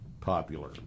popular